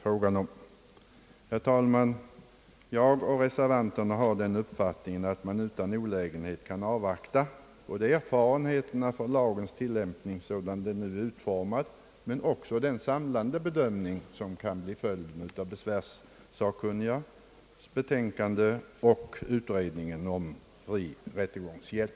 Herr talman! Jag och reservanterna har den uppfattningen, att man utan olägenhet kan avvakta både erfarenheterna från lagens tillämpning, sådan den nu är utformad, och den samlade bedömning som kan bli resultatet av besvärssakkunnigas betänkande och utredningen om fri rättegångshjälp.